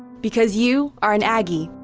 because you are an aggie.